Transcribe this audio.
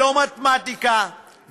לשלול אזרחות, לבטל אזרחות, למה